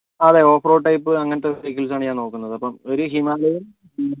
അതെ off road type അങ്ങനത്തെ vehicles ആണ് ഞാൻ നോക്കുന്നത് അപ്പം ഒരു ഹിമാലയൻ പിന്നെ